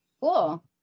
Cool